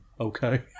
Okay